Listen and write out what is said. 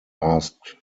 asked